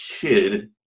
kid